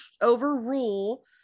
overrule